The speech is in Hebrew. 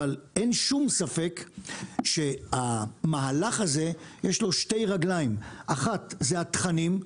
אבל אין שום ספק שלמהלך הזה יש שתי רגליים כאשר האחת היא התכנים.